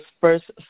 first